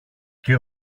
και